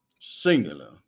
singular